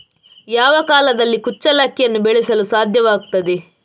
ಯಾವ ಕಾಲದಲ್ಲಿ ಕುಚ್ಚಲಕ್ಕಿಯನ್ನು ಬೆಳೆಸಲು ಸಾಧ್ಯವಾಗ್ತದೆ?